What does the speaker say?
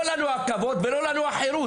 לא לנו הכבוד ולא לנו החירות.